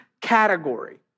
category